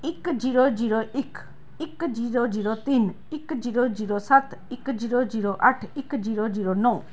ਇੱਕ zero zero ਇੱਕ ਇੱਕ ਜੀਰੋ ਜੀਰੋ ਤਿੰਨ ਇੱਕ ਜੀਰੋ ਜੀਰੋ ਸੱਤ ਇੱਕ ਜੀਰੋ ਜੀਰੋ ਅੱਠ ਇੱਕ ਜੀਰੋ ਜੀਰੋ ਨੌਂ